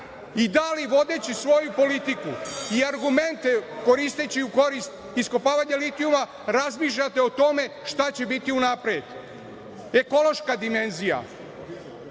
i da li vodeći svoju politiku i argumente koristeći u korist iskopavanja litijuma razmišljate o tome šta će biti unapred ekološka dimenzija? Dakle,